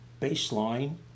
baseline